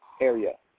area